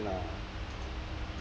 but okay lah